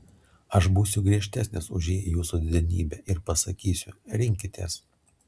aš būsiu griežtesnis už ji jūsų didenybe ir pasakysiu rinkitės